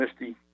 Misty